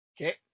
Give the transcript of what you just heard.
Okay